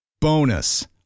Bonus